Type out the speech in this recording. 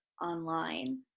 online